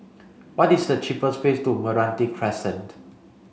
what is the cheapest way to Meranti Crescent